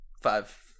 five